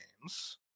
games